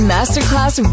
Masterclass